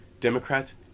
Democrats